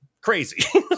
crazy